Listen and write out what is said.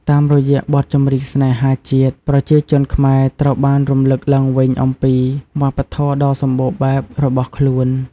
តាមរយៈបទចម្រៀងស្នេហាជាតិ ប្រជាជនខ្មែរត្រូវបានរំលឹកឡើងវិញអំពី វប្បធម៌ដ៏សម្បូរបែប របស់ខ្លួន។